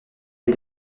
une